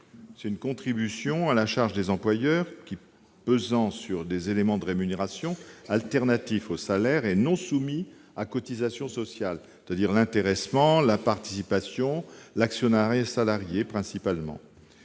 est une contribution à la charge des employeurs pesant sur des éléments de rémunération alternatifs au salaire et non soumis à cotisations sociales, c'est-à-dire principalement l'intéressement, la participation, l'actionnariat salarié.